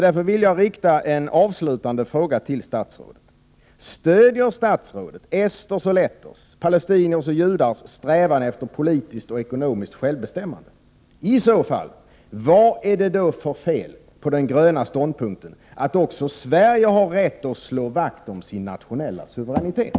Jag vill därför rikta en avslutande fråga till Anita Gradin: Stöder statsrådet esters och letters, palestiniers och judars strävan efter politiskt och ekonomiskt självbestämmande? I så fall: Vad är det för fel på den gröna ståndpunkten att också Sverige har rätt att slå vakt om sin nationella suveränitet?